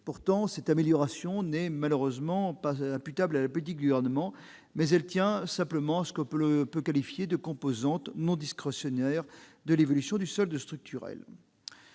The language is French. plus, cette amélioration n'est malheureusement pas imputable à la politique du Gouvernement, puisqu'elle tient à ce que l'on peut appeler la « composante non discrétionnaire » de l'évolution du solde structurel.